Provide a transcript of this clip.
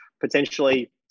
potentially